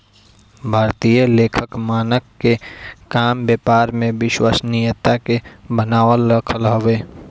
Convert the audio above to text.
भारतीय लेखा मानक के काम व्यापार में विश्वसनीयता के बनावल रखल हवे